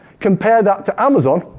compare that to amazon.